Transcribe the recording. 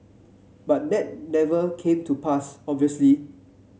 but that never came to pass obviously